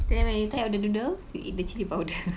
then when you tired of the noodles you eat the chilli powder